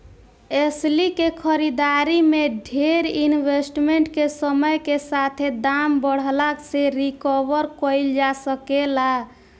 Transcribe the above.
एस्ली के खरीदारी में डेर इन्वेस्टमेंट के समय के साथे दाम बढ़ला से रिकवर कईल जा सके ला